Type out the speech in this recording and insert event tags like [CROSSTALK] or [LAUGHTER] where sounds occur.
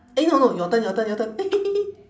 eh no no your turn your turn your turn [LAUGHS]